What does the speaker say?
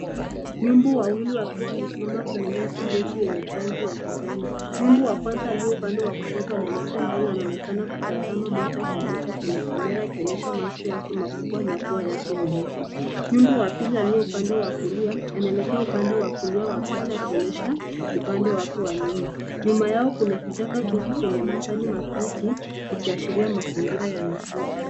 Nyumbu wawili wakiwamesimama kwenye nyasi ndefu yenye rangi ya kijani. Nyumbu wa kwanza alio upande wa kushoto anaelekea mbele. Anaonekana kutazama moja kwa moja kwenye kamera akionyesha macho yake makubwa na pua yake nyeusi. Nyumbu wa pili alio upande wa kulia anaelekea upande wa kulia wa picha akionyesha upande wake wa nyuma. Nyuma yao kuna vichaka vingi zenye majani mabichi vikiashiria mazingila ya misitu.